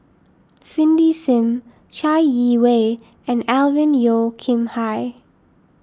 Cindy Sim Chai Yee Wei and Alvin Yeo Khirn Hai